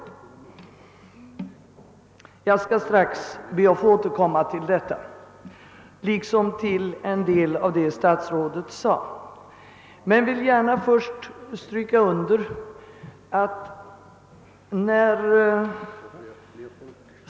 Jag skall be att få återkomma till detta strax liksom till en del av vad statsrådet i övrigt sade.